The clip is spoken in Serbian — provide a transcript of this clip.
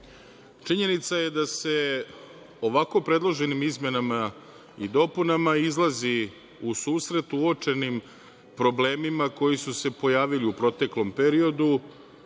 Činjenica je da se ovako predloženim izmenama i dopunama izlazi u susret uočenim problemima koji su se pojavili u proteklom periodu